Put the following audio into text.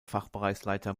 fachbereichsleiter